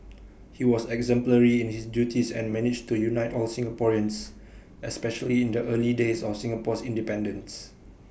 he was exemplary in his duties and managed to unite all Singaporeans especially in the early days of Singapore's independence